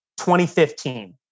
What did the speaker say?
2015